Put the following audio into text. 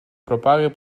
propague